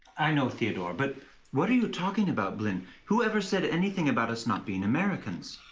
i know, theodore. but what are you talking about, blynn? whoever said anything about us not being americans?